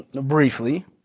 briefly